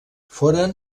foren